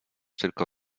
tylko